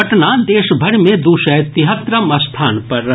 पटना देश भरि मे दू सय तिहत्तरम स्थान पर रहल